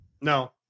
No